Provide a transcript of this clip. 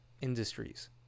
industries